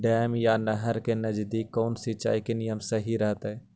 Dam या नहर के नजदीक कौन सिंचाई के नियम सही रहतैय?